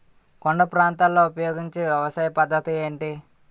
కొండ ప్రాంతాల్లో ఉపయోగించే వ్యవసాయ పద్ధతి ఏంటి?